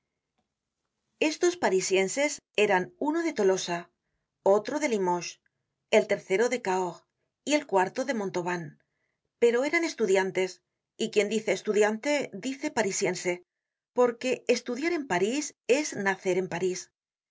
estos parisienses eran uno de tolosa otro de limoges el tercero de cahors y el cuarto de montauban pero eran estudiantes y quien dice estudiante dice parisiense porque estudiar en parís es nacer en parís